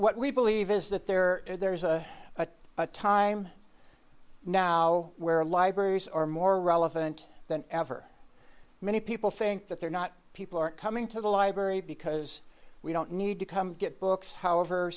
what we believe is that there are there's a time now where libraries are more relevant than ever many people think that they're not people aren't coming to the library because we don't need to come get books however